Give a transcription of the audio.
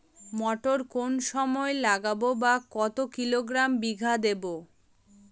মটর কোন সময় লাগাবো বা কতো কিলোগ্রাম বিঘা দেবো?